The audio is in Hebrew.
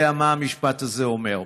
יודע מה המשפט הזה אומר,